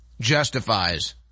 justifies